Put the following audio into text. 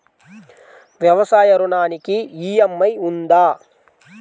వ్యవసాయ ఋణానికి ఈ.ఎం.ఐ ఉందా?